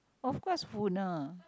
of course food lah